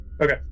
okay